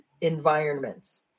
environments